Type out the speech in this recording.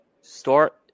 start